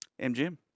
MGM